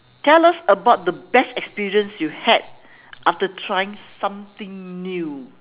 tell us about the best experience you had after trying something new